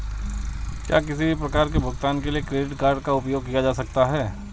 क्या किसी भी प्रकार के भुगतान के लिए क्रेडिट कार्ड का उपयोग किया जा सकता है?